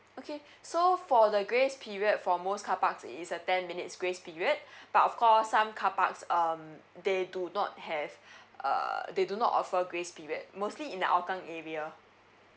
okay so for the grace period for most carparks is a ten minutes grace period but of course some carparks um they do not have uh they do not offer grace period mostly in hougang area